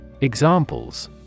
Examples